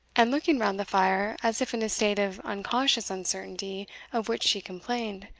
and looking round the fire, as if in a state of unconscious uncertainty of which she complained,